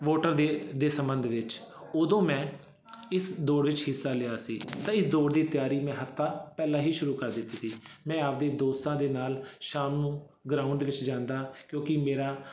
voter ਦੇ ਦੇ ਸੰਬੰਧ ਵਿੱਚ ਉਦੋਂ ਮੈਂ ਇਸ ਦੌੜ ਵਿੱਚ ਹਿੱਸਾ ਲਿਆ ਸੀ ਸਹੀ ਦੌੜ ਦੀ ਤਿਆਰੀ ਮੈਂ ਹਫ਼ਤਾ ਪਹਿਲਾਂ ਹੀ ਸ਼ੁਰੂ ਕਰ ਦਿੱਤੀ ਸੀ ਮੈਂ ਆਪਣੇ ਦੋਸਤਾਂ ਦੇ ਨਾਲ ਸ਼ਾਮ ਨੂੰ ਗਰਾਊਂਡ ਦੇ ਵਿੱਚ ਜਾਂਦਾ ਕਿਉਂਕਿ ਮੇਰਾ